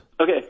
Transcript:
Okay